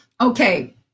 Okay